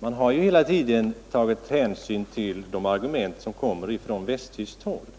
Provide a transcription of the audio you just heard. Sverige har hela tiden tagit hänsyn till de argument som kommit från västtyskt håll,